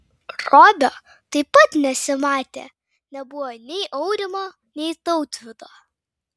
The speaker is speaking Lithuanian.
robio taip pat nesimatė nebuvo nei aurimo nei tautvydo